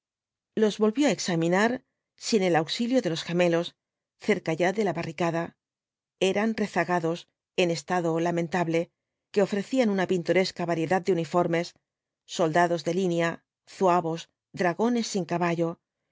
los volvió á examinar sin el auxilio de los gemelos cerca ya de la barricada eran rezagados en estado lamentable que ofrecían una pintoresca variedad de uniformes soldados de línea zuavos dragones sin caballo